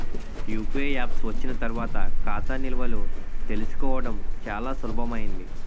UPI apps వచ్చిన తర్వాత ఖాతా నిల్వలు తెలుసుకోవడం చాలా సులభమైంది